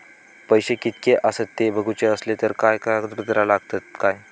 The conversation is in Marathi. पैशे कीतके आसत ते बघुचे असले तर काय कागद पत्रा लागतात काय?